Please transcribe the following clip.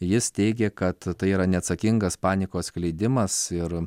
jis teigė kad tai yra neatsakingas panikos skleidimas ir